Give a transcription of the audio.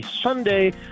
Sunday